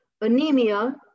anemia